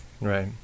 Right